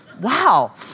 Wow